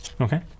Okay